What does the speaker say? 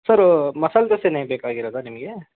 ಸರೂ ಮಸಾಲೆ ದೋಸೆನೇ ಬೇಕಾಗಿರೋದ ನಿಮಗೆ